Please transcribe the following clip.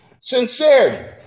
sincerity